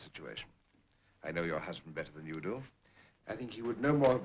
situation i know your husband better than you do i think you would know